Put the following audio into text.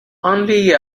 only